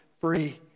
free